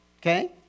Okay